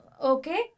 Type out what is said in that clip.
okay